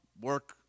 work